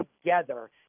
together